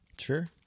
Sure